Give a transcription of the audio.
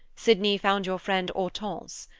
sydney found your friend hortense.